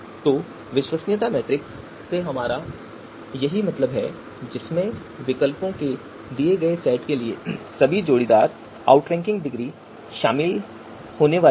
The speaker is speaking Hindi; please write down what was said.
तो विश्वसनीयता मैट्रिक्स से हमारा यही मतलब है जिसमें विकल्पों के दिए गए सेट के लिए सभी जोड़ीदार आउटरैंकिंग डिग्री शामिल हैं